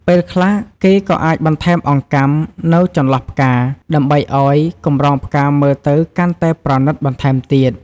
ពេលខ្លះ គេក៏អាចបន្ថែមអង្កាំនៅចន្លោះផ្កា ដើម្បីឲ្យកម្រងផ្កាមើលទៅកាន់តែប្រណិតបន្ថែមទៀត។